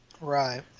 Right